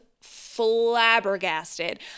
flabbergasted